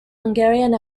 hungarian